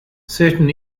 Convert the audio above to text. certain